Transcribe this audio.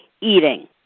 eating